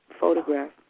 photograph